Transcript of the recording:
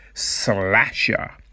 Slasher